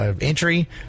entry